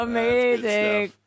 Amazing